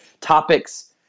topics